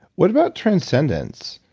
what about transcendence?